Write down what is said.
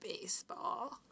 baseball